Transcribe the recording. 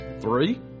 Three